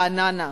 רעננה,